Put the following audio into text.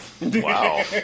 Wow